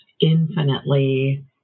infinitely